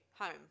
home